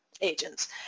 agents